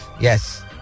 yes